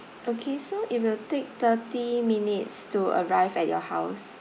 okay so it will take thirty minutes to arrive at your house